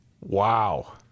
Wow